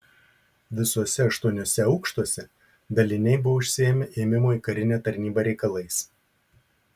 visuose aštuoniuose aukštuose daliniai buvo užsiėmę ėmimo į karinę tarnybą reikalais